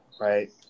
right